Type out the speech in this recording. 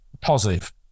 positive